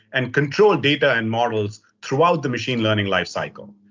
and control data and models throughout the machine learning life cycle.